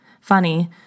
Funny